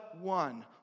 one